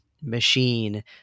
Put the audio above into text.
machine